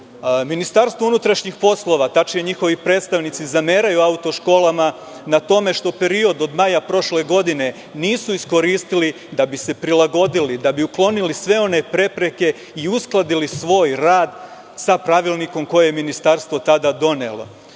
škola. Ministarstvo unutrašnjih poslova, tačnije njihovi predstavnici, zameraju auto školama na tome što period od maja prošle godine nisu iskoristili da bi se prilagodili, da bi uklonili sve one prepreke i uskladili svoj rad sa pravilnikom koji je ministarstvo tada donelo. Rekli